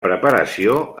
preparació